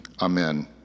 amen